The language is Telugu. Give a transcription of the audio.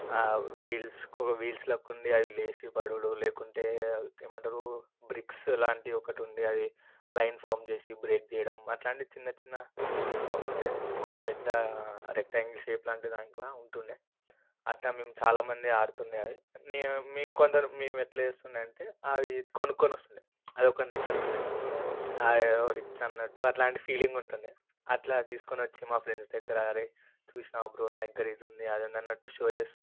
వీల్స్ ఒక వీల్స్ లాగా ఉంది అవి లేసి పడుడు లేకుంటే ఏమంటారు బ్రిక్స్ లాంటిది ఒకటి ఉండి అది లైన్ ఫార్మ్ చేసి బ్రేక్ చేయడం అట్లాంటిది చిన్న చిన్న పో అంటే ఒక పెద్ద రెక్టాంగిల్ షేపు లాంటిది లా ఉంటుండే అట్లా మేము చాలామంది ఆడుతుండే అది నేను మేము కొందరు ఎట్లా చేస్తుండే అది అంటే అవి కొనుక్కొని వస్తుండే అది ఒకరి దగ్గర ఉంటే అయ్యో రిచ్ అన్నట్టు అట్లాంటి ఫీలింగ్ ఉంటుండే అట్లా తీసుకొని వచ్చి మా ఫ్రెండ్స్ దగ్గర అది చూసినావా బ్రో నా దగ్గర అది ఉంది ఇది ఉందన్నట్టు షో చేస్తుండే